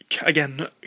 again